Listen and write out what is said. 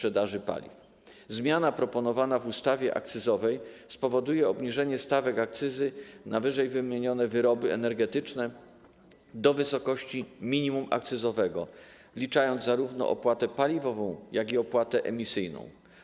Zmiana proponowana w ustawie akcyzowej spowoduje obniżenie stawek akcyzy na ww. wyroby energetyczne do wysokości minimum akcyzowego, wliczając zarówno opłatę paliwową, jak i opłatę emisyjną.